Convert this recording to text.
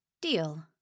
Deal